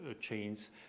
chains